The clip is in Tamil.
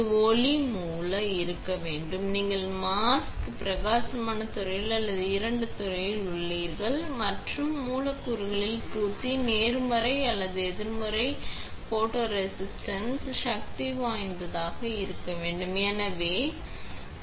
எனவே ஒளி மூல நீங்கள் ஒளி மூல வேண்டும் நீங்கள் மாஸ்க் பிரகாசமான துறையில் அல்லது இருண்ட துறையில் உள்ளீர்கள் மற்றும் மூலக்கூறுகளில் பூர்த்தி நேர்மறை அல்லது எதிர்மறை போட்டோரெசிஸ்ட் நீங்கள் சக்தி வாய்ந்த அல்லது எதிர்மறை போட்டோரெசிஸ்ட் வேண்டும்